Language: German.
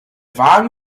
wagen